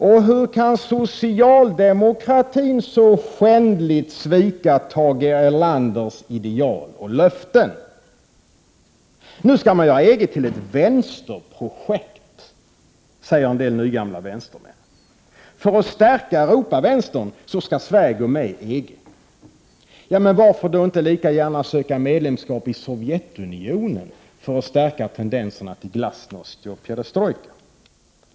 Och hur kan socialdemokratin så skändligt svika Tage Erlanders ideal och löften? Nu skall man göra EG till ett vänsterprojekt, säger en del nygamla vänstermän. För att stärka Europavänstern skall Sverige gå med i EG! Men varför då inte lika gärna söka medlemskap i Sovjetunionen för att stärka tendenserna till glasnost och perestrojka?